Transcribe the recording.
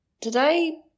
today